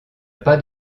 pas